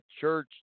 church